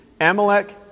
Amalek